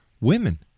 Women